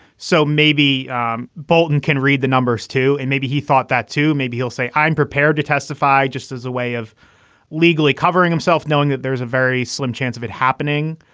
so maybe bolton can read the numbers too, and maybe he thought that too. maybe he'll say, i'm prepared to testify just as a way of legally covering himself, knowing that there's a very slim chance of it happening.